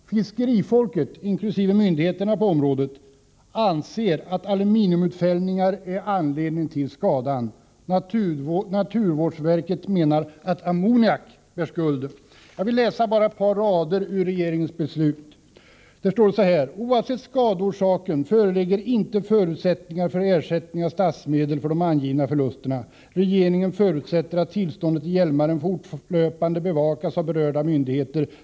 Fiskerifolket, inkl. myndigheterna på området, anser att aluminiumutfällningar är anledningen till skadan. Naturvårdsverket menar att ammoniak bär skulden. Jag vill läsa upp bara ett par rader ur regeringens beslut: ”Oavsett skadeorsaken föreligger inte förutsättningar för ersättning av statsmedel för de angivna förlusterna. Regeringen förutsätter att tillståndet i Hjälmaren fortlöpande bevakas av berörda myndigheter.